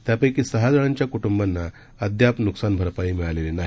त्यापैकी सहा जणांच्या कुटुंबांना अद्याप नुकसान भरपाई मिळालेली नाही